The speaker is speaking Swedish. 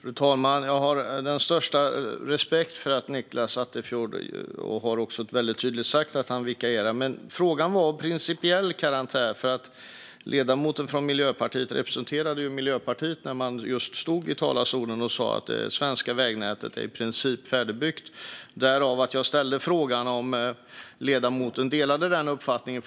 Fru talman! Jag har den största respekt för att Nicklas Attefjord vikarierar. Det har han sagt mycket tydligt. Men frågan var av principiell karaktär. Det var ju en ledamot som stod i talarstolen som representant för Miljöpartiet och sa att det svenska vägnätet i princip är färdigbyggt. Därför ställde jag frågan om Nicklas Attefjord delar den uppfattningen.